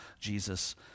Jesus